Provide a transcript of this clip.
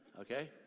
Okay